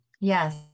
Yes